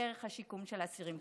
דרך השיקום של האסירים.